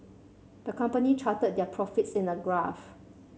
the company charted their profits in a graph